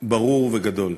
ברור וגדול.